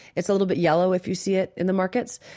it's a little bit yellow if you see it in the markets.